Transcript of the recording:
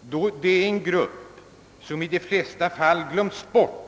då de tillhör en grupp som i de flesta fall glöms bort.